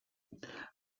elle